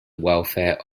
welfare